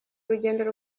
rugendo